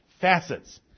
facets